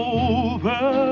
over